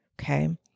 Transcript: Okay